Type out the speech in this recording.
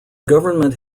government